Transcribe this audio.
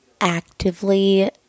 actively